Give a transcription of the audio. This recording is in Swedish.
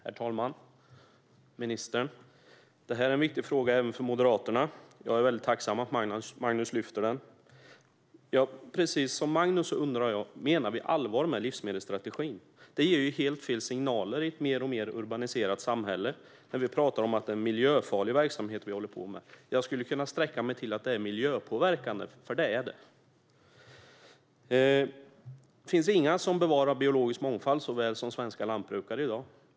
Herr talman! Ministern! Detta är en viktig fråga även för Moderaterna. Jag är tacksam över att Magnus lyfter den. Precis som Magnus undrar jag: Menar vi allvar med livsmedelsstrategin? Det ger ju helt fel signaler när man i ett mer och mer urbaniserat samhälle pratar om att jordbruket är en miljöfarlig verksamhet. Jag skulle kunna sträcka mig till att den är miljöpåverkande, för det är den. Det finns inga som bevarar biologiskt mångfald så väl som svenska lantbrukare gör i dag.